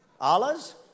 Allah's